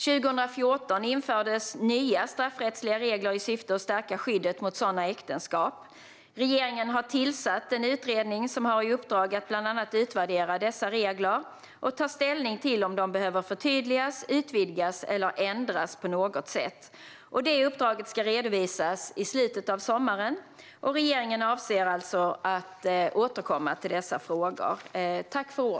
År 2014 infördes nya straffrättsliga regler i syfte att stärka skyddet mot sådana äktenskap. Regeringen har tillsatt en utredning som har i uppdrag att bland annat utvärdera dessa regler och ta ställning till om de behöver förtydligas, utvidgas eller ändras på något annat sätt. Uppdraget ska redovisas i slutet av sommaren. Regeringen avser alltså att återkomma till dessa frågor.